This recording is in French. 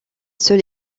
seul